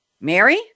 Mary